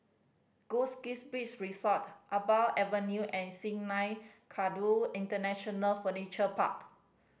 Goldkist Beach Resort Iqbal Avenue and Sungei Kadut International Furniture Park